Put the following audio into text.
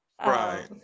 right